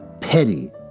Petty